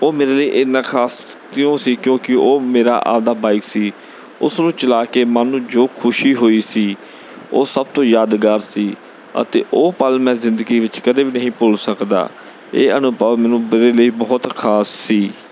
ਉਹ ਮੇਰੇ ਲਈ ਇੰਨਾਂ ਖਾਸ ਕਿਉਂ ਸੀ ਕਿਉਂਕਿ ਉਹ ਮੇਰਾ ਆਪਦਾ ਬਾਈਕ ਸੀ ਉਸਨੂੰ ਚਲਾ ਕੇ ਮਨ ਨੂੰ ਜੋ ਖੁਸ਼ੀ ਹੋਈ ਸੀ ਉਹ ਸਭ ਤੋਂ ਯਾਦਗਾਰ ਸੀ ਅਤੇ ਉਹ ਪਲ ਮੈਂ ਜ਼ਿੰਦਗੀ ਵਿੱਚ ਕਦੇ ਵੀ ਨਹੀਂ ਭੁੱਲ ਸਕਦਾ ਇਹ ਅਨੁਭਵ ਮੈਨੂੰ ਮੇਰੇ ਲਈ ਬਹੁਤ ਖਾਸ ਸੀ